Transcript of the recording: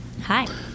Hi